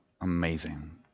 Amazing